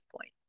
point